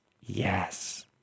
yes